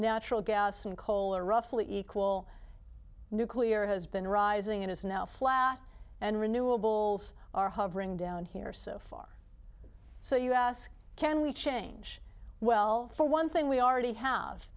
natural gas and coal are roughly equal nuclear has been rising and it's now flat and renewables are hovering down here so far so you ask can we change well for one thing we already have